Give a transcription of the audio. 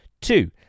Two